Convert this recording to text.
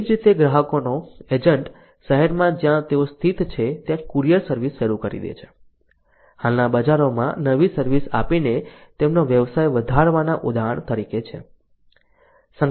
તેવી જ રીતે ગ્રાહકનો એજન્ટ શહેરમાં જ્યાં તેઓ સ્થિત છે ત્યાં કુરિયર સર્વિસ શરૂ કરી શકે છે હાલના બજારોમાં નવી સર્વિસ આપીને તેમનો વ્યવસાય વધારવાના ઉદાહરણ તરીકે છે